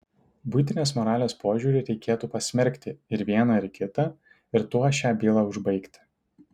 buitinės moralės požiūriu reikėtų pasmerkti ir vieną ir kitą ir tuo šią bylą užbaigti